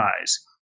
eyes